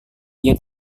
dia